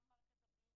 גם במערכת הבריאות,